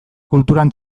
kulturan